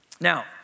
Now